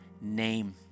name